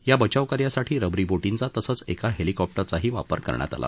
या बचावकार्यासाठी रबरी बोटींचा तसंच एका हेलिकॉप्टरचाही वापर करण्यात आला